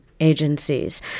agencies